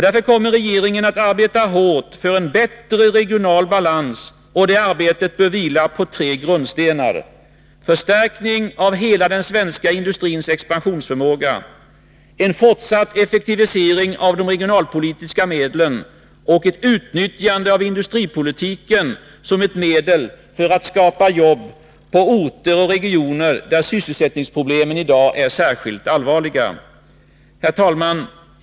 Därför kommer regeringen att arbeta hårt för en bättre regional balans, och det arbetet bör vila på tre grundstenar: förstärkning av hela den svenska industrins expansionsförmåga, en fortsatt effektivisering av de regionalpolitiska medlen och ett utnyttjande av industripolitiken som ett medel för att skapa jobb på de orter och i regioner där sysselsättningsproblemen i dag är särskilt allvarliga. Herr talman!